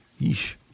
Yeesh